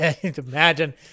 Imagine